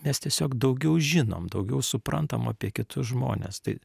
mes tiesiog daugiau žinom daugiau suprantam apie kitus žmones tai